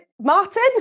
Martin